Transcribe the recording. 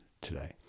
today